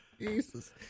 Jesus